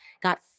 got